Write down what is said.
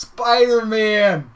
Spider-Man